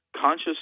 conscious